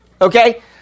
Okay